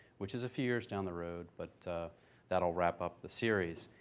which is a few years down the road, but that will wrap up the series.